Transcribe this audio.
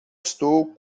estou